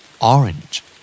Orange